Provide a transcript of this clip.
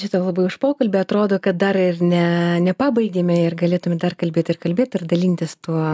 tau labai aš pokalbį atrodo kad dar ir ne nepabaigėme ir galėtume dar kalbėti ir kalbėti ir dalintis tuo